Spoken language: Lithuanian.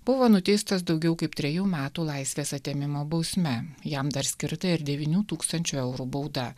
buvo nuteistas daugiau kaip trejų metų laisvės atėmimo bausme jam dar skirta ir devynių tūkstančių eurų bauda